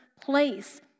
place